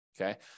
Okay